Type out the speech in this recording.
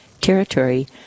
Territory